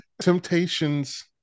temptations